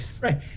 Right